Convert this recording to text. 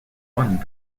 one